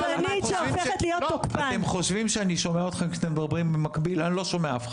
אתם חושבים שאני שומע אתכם כשאתם מדברים במקביל אני לא שומע אף אחד.